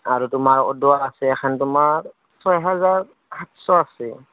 আৰু তোমাৰ অড' আছে এখন তোমাৰ ছয় হেজাৰ সাতশ আছে